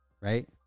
right